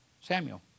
Samuel